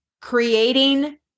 creating